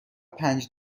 پنج